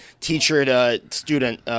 teacher-to-student